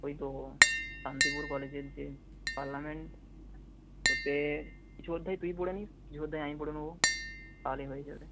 ওই তো শান্তিপুর কলেজের যে পার্লামেন্ট ওতে কিছু অধ্যায় তুই পড়ে নিস কিছু অধ্যায় আমি পড়ে নেব তাহলেই হয়ে যাবে